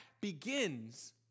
begins